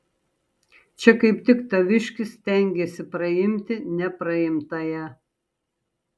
čia kaip tik taviškis stengiasi praimti nepraimtąją